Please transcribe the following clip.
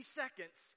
seconds